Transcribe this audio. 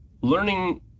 learning